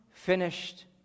finished